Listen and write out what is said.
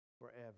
forever